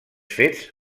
fets